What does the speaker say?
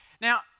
Now